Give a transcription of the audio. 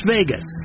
Vegas